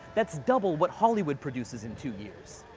that's double what hollywood produces in two years.